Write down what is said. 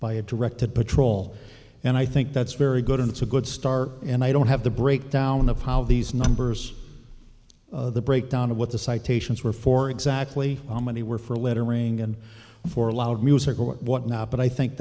by a directed patrol and i think that's very good and it's a good start and i don't have the breakdown of how these numbers the breakdown of what the citations were for exactly how many were for littering and for loud music or what not but i think